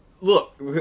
look